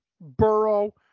Burrow